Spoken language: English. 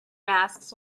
masks